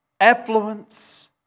Affluence